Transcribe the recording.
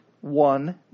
one